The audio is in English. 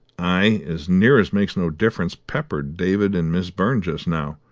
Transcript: i as near as makes no difference peppered david and miss byrne just now,